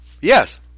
Yes